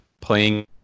playing